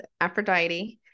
Aphrodite